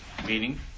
Meaning